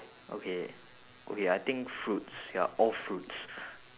okay okay I think fruits ya all fruits